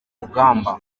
rugamba